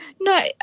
No